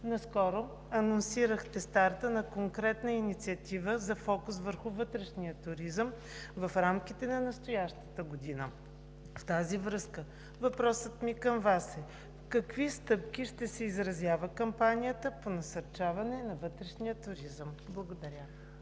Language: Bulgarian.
Наскоро анонсирахте старта на конкретна инициатива за фокус върху вътрешния туризъм в рамките на настоящата година. В тази връзка въпросът ми към Вас е: в какви стъпки ще се изразява кампанията по насърчаване на вътрешния туризъм? Благодаря.